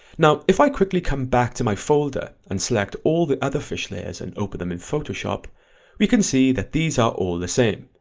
now if i quickly come back to my folder and select all the other fish layers and open them in photoshop we can see that these are all the same,